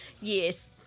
Yes